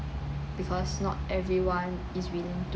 because not everyone is willing to